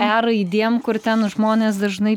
e raidėm kur ten žmonės dažnai